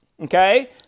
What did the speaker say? Okay